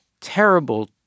terrible